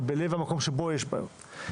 אבל בלב המקום שבו יש בעיות,